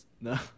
No